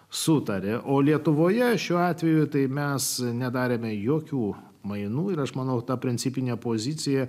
sutaria o lietuvoje šiuo atveju tai mes nedarėme jokių mainų ir aš manau ta principinė pozicija